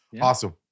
Awesome